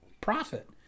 profit